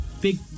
Big